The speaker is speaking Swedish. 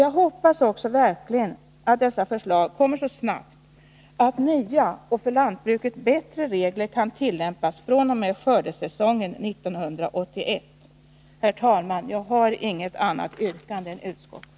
Jag hoppas också verkligen att dessa förslag kommer så snabbt att nya, för lantbruket bättre regler kan tillämpas fr.o.m. skördesäsongen 1981. Herr talman! Jag har inget annat yrkande än utskottets.